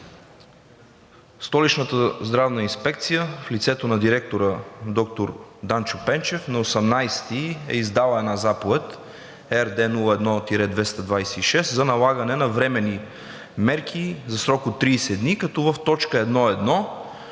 Столичната здравна инспекция в лицето на директора – доктор Данчо Пенчев, на 18-и е издала една Заповед № РД-01-226 за налагане на временни мерки за срок от 30 дни, като в т. 1.1,